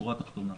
שורה תחתונה,